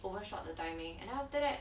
overshot the timing and then after that